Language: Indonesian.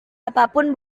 apapun